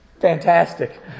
Fantastic